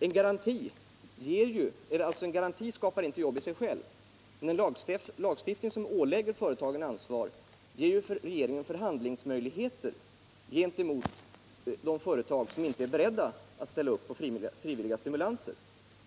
En garanti skapar inte jobb i och för sig själv, men en lagstiftning som ålägger företagen ansvar ger ju regeringen förhandlingsmöjligheter gentemot de företag som inte är beredda att frivilligt ställa upp på stimulanser.